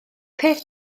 peth